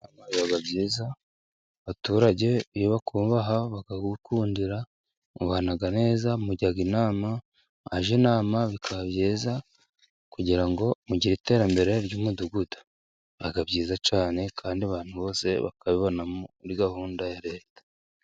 Kubaha biba byiza abaturage iyo bakubaha bakagukundira mubana neza. Mujya inama, mwajya inama bikaba byiza, kugira ngo mugire iterambere ry'Umudugudu, biba byiza cyane kandi abantu bose bakabibona muri gahunda ya Leta.